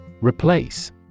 Replace